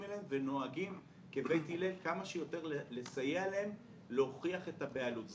להם ונוהגים כבית הלל כמה שיותר לסייע להם להוכיח את הבעלות.